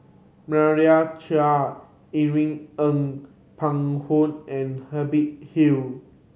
Meira Chand Irene Ng Phek Hoong and Hubert Hill